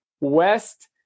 West